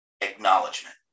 acknowledgement